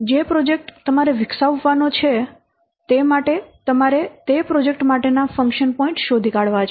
જે પ્રોજેક્ટ તમારે વિકસાવવાનો છે તે માટે તમારે તે પ્રોજેક્ટ માટેના ફંક્શન પોઇન્ટ શોધી કાઢવા છે